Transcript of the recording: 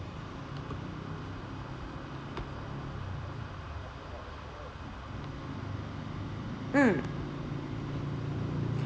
mm